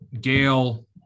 Gail